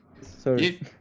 sorry